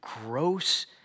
gross